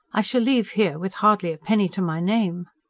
i shall leave here with hardly a penny to my name.